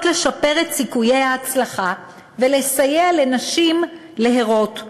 לשפר את סיכויי ההצלחה ולסייע לנשים להרות,